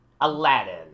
Aladdin